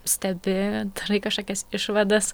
stebi darai kažkokias išvadas